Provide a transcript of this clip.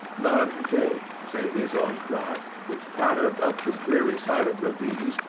none came save his own cry, which clattered up the dreary silent ravines,